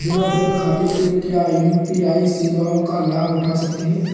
बिना बैंक खाते के क्या यू.पी.आई सेवाओं का लाभ उठा सकते हैं?